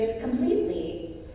completely